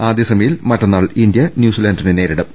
ആദ്യ സെമിയിൽ മറ്റന്നാൾ ഇന്തൃ ന്യൂസിലാൻഡിനെ നേരിടും